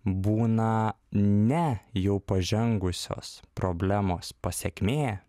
būna ne jau pažengusios problemos pasekmė